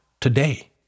today